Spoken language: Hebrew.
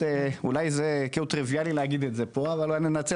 אולי זה טריוויאלי להגיד את זה פה אבל אני מנצל